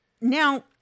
Now